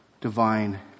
divine